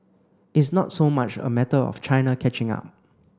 it's not so much a matter of China catching up